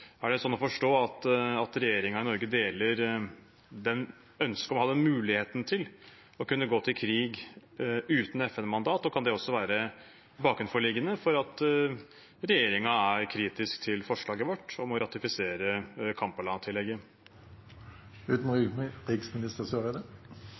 Er det slik å forstå at regjeringen i Norge deler ønsket om å ha muligheten til å kunne gå til krig uten FN-mandat, og kan det også være bakenforliggende for at regjeringen er kritisk til forslaget vårt om å ratifisere